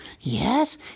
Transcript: yes